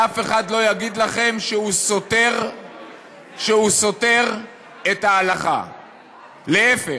שאף אחד לא יגיד לכם שהוא סותר את ההלכה, להפך.